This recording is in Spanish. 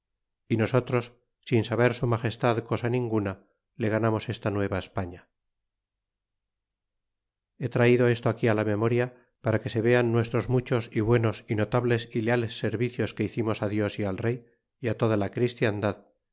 y nosotros sin saber su magestad cosa ninguna le ganamos esta nueva españa ile traido esto aquí á la memoria para que se vean nuestros muchos y buenos y notables y leales servicios que hicimos dios y al rey y a toda la christiandad